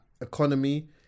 economy